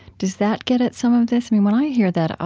does that get at some of this? when i hear that,